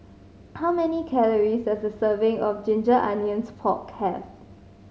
how many calories does a serving of ginger onions pork have